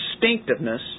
distinctiveness